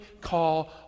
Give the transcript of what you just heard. call